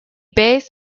bears